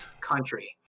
country